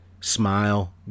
Smile